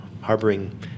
harboring